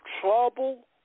trouble